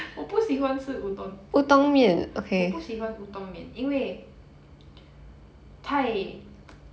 我不喜欢吃 udon 我不喜欢乌冬面因为太